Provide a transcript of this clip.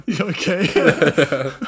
Okay